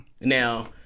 Now